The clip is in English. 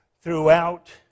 throughout